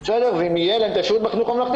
ואם תהיה להם את האפשרות בחינוך הממלכתי